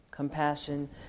Compassion